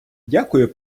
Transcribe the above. дякую